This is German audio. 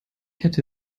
hätte